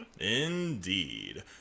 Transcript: Indeed